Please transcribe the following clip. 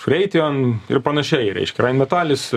freitijon ir panašiai reiškia reimetalis